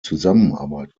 zusammenarbeit